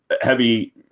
heavy